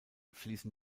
fließen